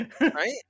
Right